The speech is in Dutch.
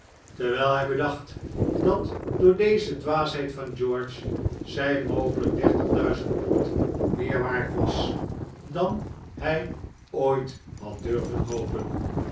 terwijl hij bedacht dat door deze dwaasheid van george zij mogelijk dertig duizend pond meer waard was dan hij ooit had durven hopen